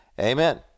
amen